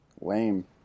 lame